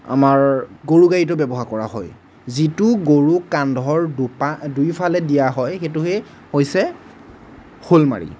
আমাৰ গৰু গাড়ীতো ব্যৱহাৰ কৰা হয় যিটো গৰু কান্ধৰ দুপা দুয়োফালে দিয়া হয় সেইটোয়েই হৈছে শ'লমাৰি